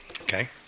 okay